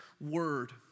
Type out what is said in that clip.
word